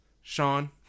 Sean